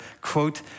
quote